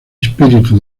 espíritu